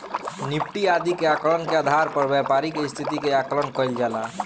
Nifty आदि के आंकड़न के आधार पर व्यापारि के स्थिति के आकलन कईल जाला